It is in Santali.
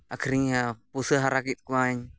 ᱟᱠᱷᱨᱤᱧ ᱯᱩᱥᱟᱹ ᱦᱟᱨᱟ ᱠᱮᱫ ᱠᱚᱣᱟᱹᱧ